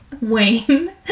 Wayne